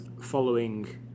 following